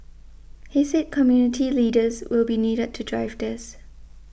he said community leaders will be needed to drive this